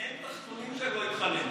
אין תחנונים שהם לא התחננו.